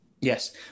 Yes